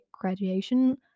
graduation